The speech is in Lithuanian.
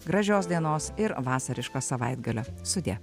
gražios dienos ir vasariško savaitgalio sudie